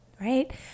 Right